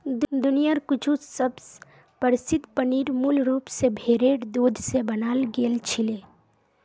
दुनियार कुछु सबस प्रसिद्ध पनीर मूल रूप स भेरेर दूध स बनाल गेल छिले